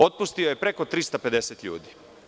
Otpustio je preko 350 ljudi.